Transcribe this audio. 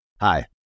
Hi